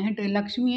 ऐं टे लक्ष्मी